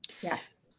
Yes